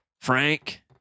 Frank